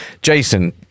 Jason